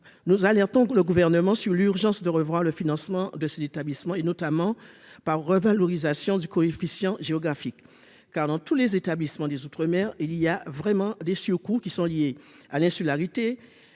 nous alertons le gouvernement sur l'urgence de revoir le financement de cet établissement et notamment par la revalorisation du coefficient géographique car dans tous les établissements des outre-mer il y a vraiment des surcoûts qui sont liés à l'insularité